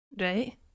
Right